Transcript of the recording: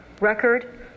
record